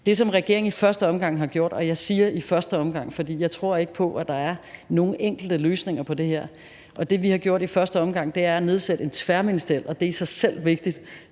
Det, som regeringen i første omgang har gjort – og jeg siger i første omgang, fordi jeg ikke tror på, at der er nogen enkle løsninger på det her – er at nedsætte en tværministeriel gruppe, og det er i sig selv vigtigt,